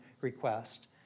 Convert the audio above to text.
request